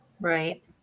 Right